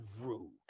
rude